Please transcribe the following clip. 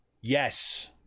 yes